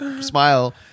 smile